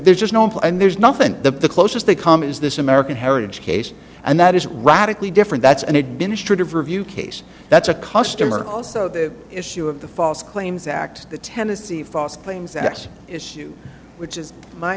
there's just no implied there's nothing the closest they come is this american heritage case and that is radically different that's an administrative review case that's a customer also the issue of the false claims act the tennessee false claims act issue which is my